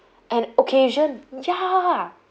an occasion ya